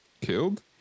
killed